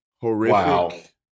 Horrific